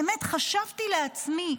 באמת חשבתי לעצמי,